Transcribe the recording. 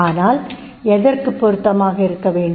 ஆனால் எதற்குப் பொருத்தமாக இருக்க வேண்டும்